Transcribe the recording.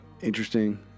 interesting